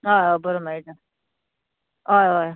हय हय बरो मेळटा हय हय